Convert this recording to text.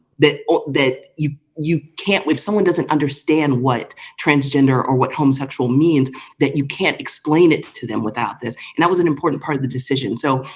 that that you you can't leave someone doesn't understand what? transgender or what homosexual means that you can't explain it to them without this and that was an important part of the decision so,